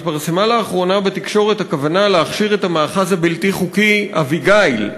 התפרסמה לאחרונה בתקשורת הכוונה להכשיר את המאחז הבלתי-חוקי אביגיל,